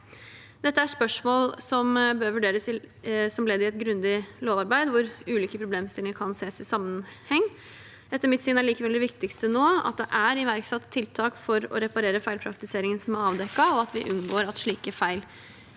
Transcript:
Dette er et spørsmål som bør vurderes som ledd i et grundig lovarbeid, hvor ulike problemstillinger kan ses i sammenheng. Etter mitt syn er likevel det viktigste nå at det er iverksatt tiltak for å reparere feilpraktiseringen som er avdekket, og at vi unngår at slike feil